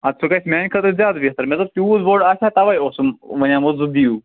اَدٕ سُہ گژھہِ میٛانہِ خٲطرٕ زیادٕ بہتر مےٚ دوٚپ تیٛوٗت بوٚڑ آسیٛاہ تَؤے اوسُم وَنیٛامو زٕ دِیُو